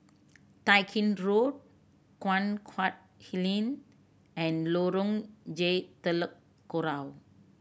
Tai Gin Road Guan Huat Kiln and Lorong J Telok Kurau